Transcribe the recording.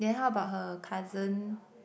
then how about her cousin